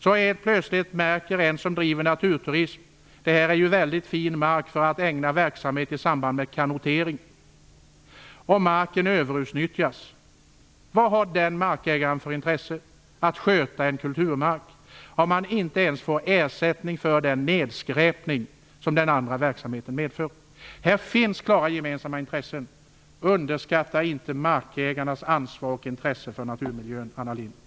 Helt plötsligt märker någon som driver naturturism att detta är väldigt fin mark för att använda i kanoteringsverksamhet, och marken överutnyttjas. Vad har den markägaren för intresse att sköta en kulturmark om han inte ens får ersättning för den nedskräpning som den andra verksamheten medför? Här finns klara gemensamma intressen. Underskatta inte markägarnas ansvar och intresse för naturmiljön, Anna Lindh.